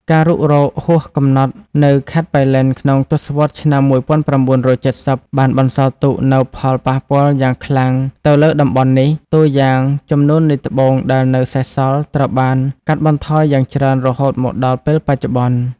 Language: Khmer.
ការរុករកហួសកំណត់នៅខេត្តប៉ៃលិនក្នុងទសវត្សរ៍ឆ្នាំ ១៩៧០ បានបន្សល់ទុកនូវផលប៉ះពាល់យ៉ាងខ្លាំងទៅលើតំបន់នេះ តួយ៉ាងចំនួននៃត្បូងដែលនៅសេសសល់ត្រូវបានបានកាត់បន្ថយយ៉ាងច្រើនរហូតមកដល់ពេលបច្ចុប្បន្ន។